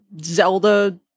Zelda